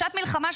בשעת מלחמה,